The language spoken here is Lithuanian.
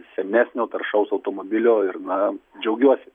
senesnio taršaus automobilio ir na džiaugiuosi